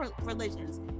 religions